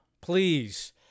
please